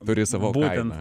turi savo kainą